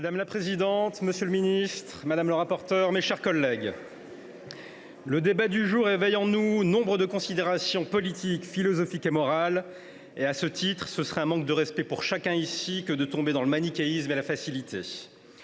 Madame la présidente, monsieur le garde des sceaux, mes chers collègues, le débat du jour éveille en nous nombre de considérations politiques, philosophiques et morales. À ce titre, ce serait un manque de respect pour chacun d’entre nous que de tomber dans le manichéisme et la facilité.